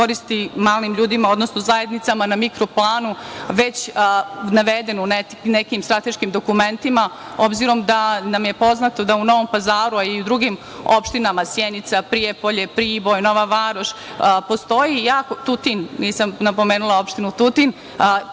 koristi malim ljudima, odnosno zajednicama na mikro planu već naveden u nekim strateškim dokumentima, obzirom da nam je poznato da u Novom Pazaru i u drugim opštinama Sjenice, Prijepolje, Priboj, Nova Varoš, Tutin, postoji jako veliki broj malih preduzetnika,